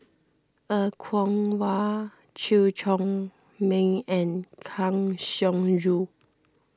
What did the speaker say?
Er Kwong Wah Chew Chor Meng and Kang Siong Joo